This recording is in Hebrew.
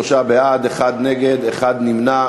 23 בעד, אחד נגד, אחד נמנע.